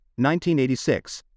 1986